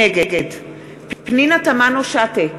נגד פנינה תמנו-שטה,